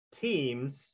teams